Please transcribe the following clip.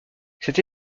cette